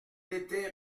était